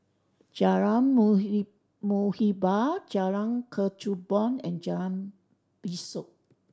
Jalan Muhibbah Jalan Kechubong and Jalan Besut